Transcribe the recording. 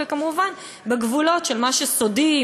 וכמובן בגבולות שמה שסודי,